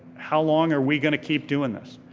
how long are we gonna keep doing this?